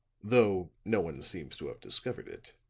though no one seems to have discovered it.